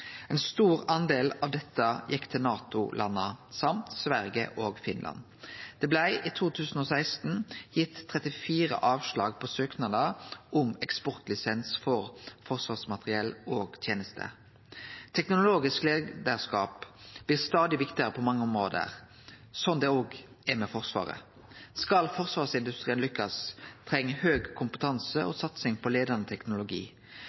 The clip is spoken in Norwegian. Ein stor del av dette gjekk til NATO-landa og til Sverige og Finland. Det blei i 2016 gjeve 34 avslag på søknader om eksportlisens for forsvarsmateriell og tenester. Teknologisk leiarskap blir stadig viktigare på mange område, som det òg er med forsvaret. Skal forsvarsindustrien lykkast, treng ein høg kompetanse og satsing på leiande teknologi.